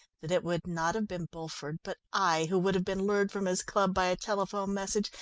that it would not have been bulford, but i, who would have been lured from his club by a telephone message,